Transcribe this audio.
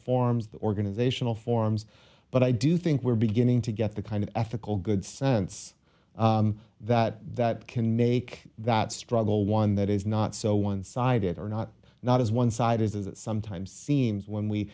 the organizational forms but i do think we're beginning to get the kind of ethical good sense that that can make that struggle one that is not so one sided or not not as one sided as it sometimes seems when we